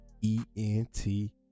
e-n-t